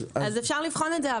אז אפשר לבחון את זה,